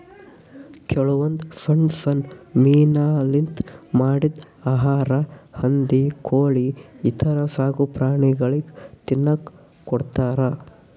ಕೆಲವೊಂದ್ ಸಣ್ಣ್ ಸಣ್ಣ್ ಮೀನಾಲಿಂತ್ ಮಾಡಿದ್ದ್ ಆಹಾರಾ ಹಂದಿ ಕೋಳಿ ಈಥರ ಸಾಕುಪ್ರಾಣಿಗಳಿಗ್ ತಿನ್ನಕ್ಕ್ ಕೊಡ್ತಾರಾ